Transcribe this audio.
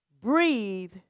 breathe